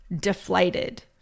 deflated